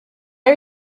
are